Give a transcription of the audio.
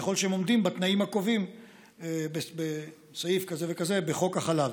ככל שהם עומדים בתנאים הקבועים בסעיף כזה וכזה בחוק החלב.